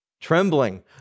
trembling